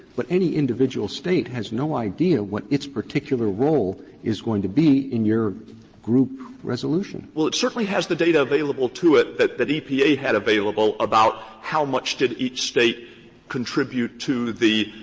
but any individual state has no idea what its particular role is going to be in your group resolution. stewart well, it certainly has the data available to it that that epa had available about how much did each state contribute to the